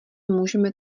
můžeme